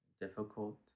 Difficult